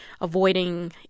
avoiding